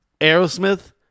Aerosmith